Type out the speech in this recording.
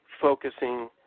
focusing